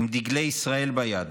עם דגלי ישראל ביד,